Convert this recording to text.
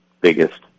biggest